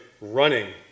running